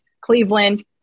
Cleveland